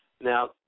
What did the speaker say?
Now